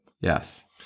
Yes